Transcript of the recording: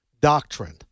doctrine